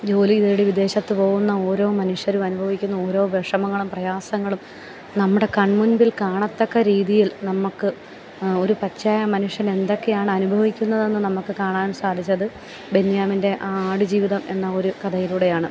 ജോലി തേടി വിദേശത്ത് പോവുന്ന ഓരോ മനുഷ്യരും അനുഭവിക്കുന്ന ഓരോ വിഷമങ്ങളും പ്രയാസങ്ങളും നമ്മുടെ കൺമുൻപിൽ കാണത്തക്ക രീതിയിൽ നമുക്ക് ഒരു പച്ചയായ മനുഷ്യൻ എന്തൊക്കെയാണ് അനുഭവിക്കുന്നതെന്ന് നമുക്ക് കാണാൻ സാധിച്ചത് ബെന്യാമിൻ്റെ ആ ആടുജീവിതം എന്ന ഒരു കഥയിലൂടെയാണ്